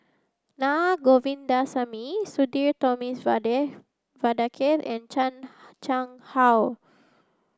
Naa Govindasamy Sudhir Thomas Vadaketh and Chan Chang How